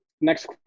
Next